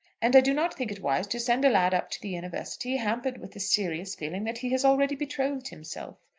and i do not think it wise to send a lad up to the university hampered with the serious feeling that he has already betrothed himself.